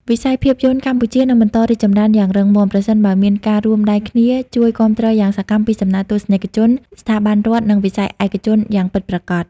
វិស័យភាពយន្តកម្ពុជានឹងបន្តរីកចម្រើនយ៉ាងរឹងមាំ ប្រសិនបើមានការរួមដៃគ្នាជួយគាំទ្រយ៉ាងសកម្មពីសំណាក់ទស្សនិកជន ស្ថាប័នរដ្ឋ និងវិស័យឯកជនយ៉ាងពិតប្រាកដ។